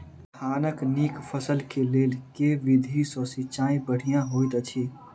धानक नीक फसल केँ लेल केँ विधि सँ सिंचाई बढ़िया होइत अछि?